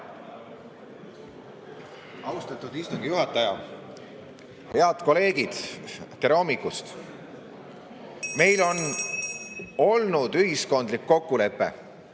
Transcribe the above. Austatud istungi juhataja! Head kolleegid! Tere hommikust! Meil on olnud ühiskondlik kokkulepe,